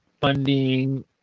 Funding